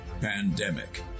Pandemic